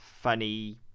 funny